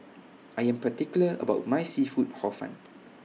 I Am particular about My Seafood Hor Fun